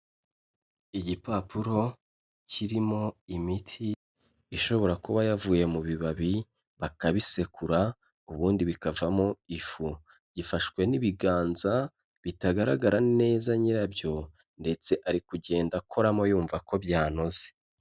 Igipapuro kirimo imiti ishobora kuba yavuye mu bibabi bakabisekura, ubundi bikavamo ifu, gifashwe n'ibiganza bitagaragara neza nyirabyo ndetse ari kugenda akoramo yumva ko byanoze.